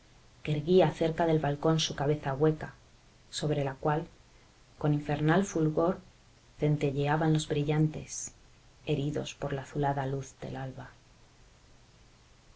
que erguía cerca del balcón su cabeza hueca sobre la cual con infernal fulgor centelleaban los brillantes heridos por la azulada luz del alba